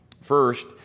First